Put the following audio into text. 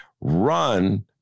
run